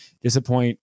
disappoint